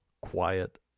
quiet